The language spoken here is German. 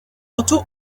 otto